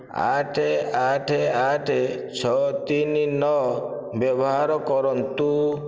ଆଠ ଆଠ ଆଠ ଛଅ ତିନି ନଅ ବ୍ୟବହାର କରନ୍ତୁ